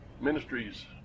ministries